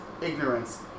ignorance